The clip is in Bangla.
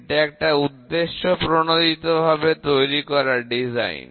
এটা একটা উদ্দেশ্যপ্রণোদিতভাবে তৈরি করা ডিজাইন